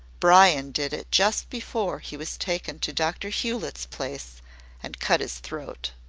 bryan did it just before he was taken to dr. hewletts' place and cut his throat.